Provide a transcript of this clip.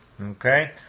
Okay